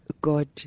God